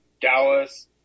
Dallas